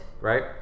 right